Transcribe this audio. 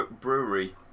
Brewery